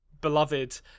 beloved